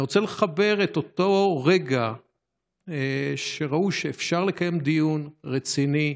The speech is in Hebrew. אני רוצה לחבר את אותו רגע שבו ראו שאפשר לקיים דיון רציני,